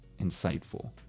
insightful